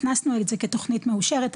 הכנסנו את זה כתוכנית מאושרת,